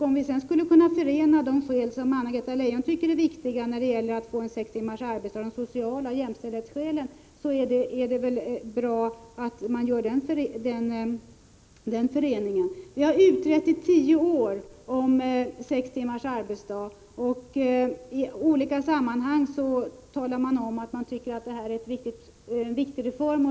Om vi sedan skulle kunna förena de skäl som Anna-Greta Leijon tycker är viktiga när det gäller att få till stånd sex timmars arbetsdag med de sociala skälen och jämställdhetsskälen, så vore det väl bra. Man har under tio år utrett frågan om sex timmars arbetsdag, och i olika sammanhang framhåller man att det här är en viktig reform.